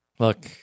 Look